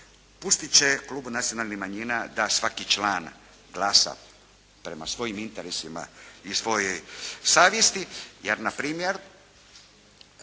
Pustit će klub Nacionalnih manjina da svaki član glasa prema svojim interesima i svojoj savjesti jer na primjer